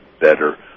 better